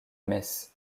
metz